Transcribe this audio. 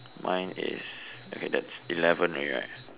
mine is okay that's eleven already right